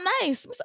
nice